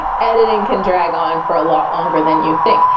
editing can drag on for a lot longer than you think.